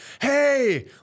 hey